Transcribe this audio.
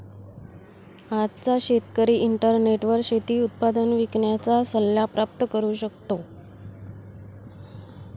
आजचा शेतकरी इंटरनेटवर शेती उत्पादन विकण्याचा सल्ला प्राप्त करू शकतो